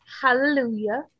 Hallelujah